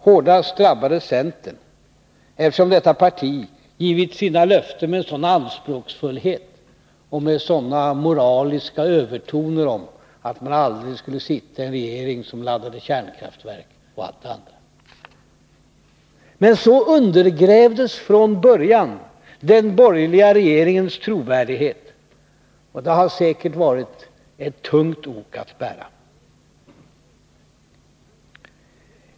Hårdast drabbades centern, eftersom detta parti givit sina löften med sådan anspråksfullhet och med sådana moraliska övertoner — man skulle aldrig sitta i en regering som laddade kärnkraftverk, osv. Så undergrävdes från början den borgerliga regeringens trovärdighet, och det har säkert varit ett tungt ok att bära.